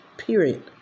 period